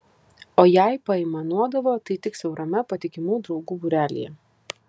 o jei paaimanuodavo tai tik siaurame patikimų draugų būrelyje